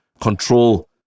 control